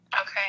Okay